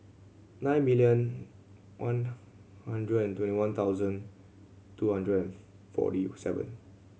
nine million one hundred and twenty one thousand two hundred and forty seven